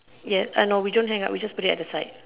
yes I know we don't hang out we just put it at the side